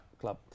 club